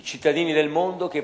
את אזרחי מדינות העולם השונות,